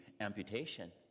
amputation